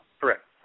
Correct